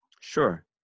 Sure